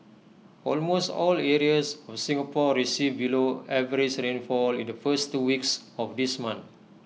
almost all areas of Singapore received below average rainfall in the first two weeks of this month